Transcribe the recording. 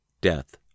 Death